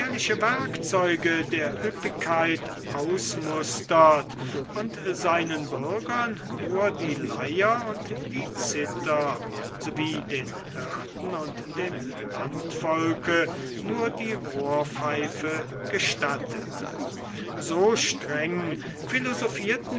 der üppigkeit ausmustert und seinen bürgern nur die leier und die cithar so wie den hirten und dem landvolke nur die rohrpfeife gestattet so strenge